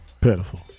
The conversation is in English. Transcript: Pitiful